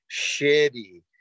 shitty